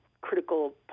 critical